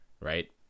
right